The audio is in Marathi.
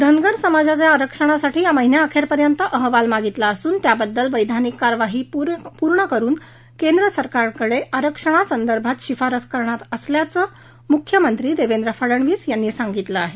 धनगर समाजाच्या आरक्षणासाठी या महिन्याअखेरपर्यंत अहवाल मागितला असून त्याबाबत वैधानिक कार्यवाही पूर्ण करुन केंद्र सरकारकडे आरक्षणासंदर्भात शिफारस करणार असल्याचं मुख्यमंत्री देवेंद्र फडणवीस यांनी सांगितलं आहे